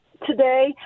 today